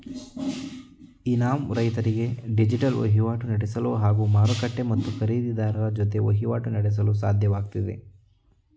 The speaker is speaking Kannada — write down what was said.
ಇ ನಾಮ್ ರೈತರಿಗೆ ಡಿಜಿಟಲ್ ವಹಿವಾಟು ನಡೆಸಲು ಹಾಗೂ ಮಾರುಕಟ್ಟೆ ಮತ್ತು ಖರೀದಿರಾರರ ಜೊತೆ ವಹಿವಾಟು ನಡೆಸಲು ಸಾಧ್ಯವಾಗ್ತಿದೆ